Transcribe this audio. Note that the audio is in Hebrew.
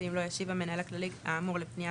ואם לא השיב המנהל הכללי על האמור לפניית